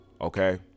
Okay